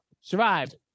Survived